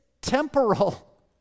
temporal